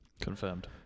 Confirmed